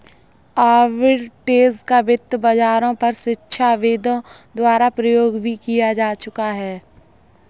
arbitrage का वित्त बाजारों पर शिक्षाविदों द्वारा प्रयोग भी किया जा चुका है